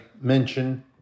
mention